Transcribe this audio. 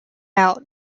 out